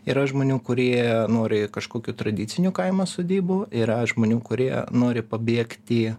yra žmonių kurie nori kažkokių tradicinių kaimo sodybų yra žmonių kurie nori pabėgti